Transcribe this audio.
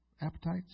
appetites